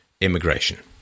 immigration